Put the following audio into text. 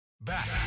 Back